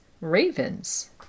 ravens